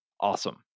awesome